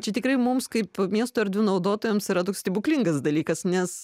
čia tikrai mums kaip miesto erdvių naudotojams yra toks stebuklingas dalykas nes